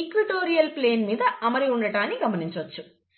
equatorial plane మీద అమరి ఉండటాన్ని గమనించవచ్చు